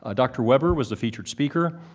ah dr. weber was the featured speaker.